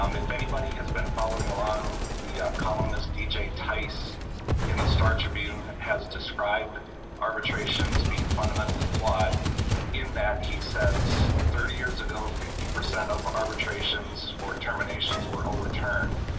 um if anybody has been following along the a columnist e j tice in the star tribune has described arbitrations being fundamentally flawed in that. she says thirty years ago fifty percent of arbitrations for terminations were overturned.